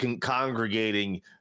congregating